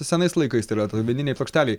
senais laikais tai yra toj vinilinėj plokštelėj